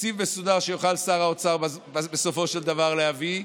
תקציב מסודר שיוכל שר האוצר בסופו של דבר להביא,